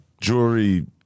jewelry